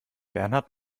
bernhard